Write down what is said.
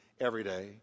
everyday